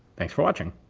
thanks for watching.